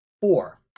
four